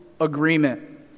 agreement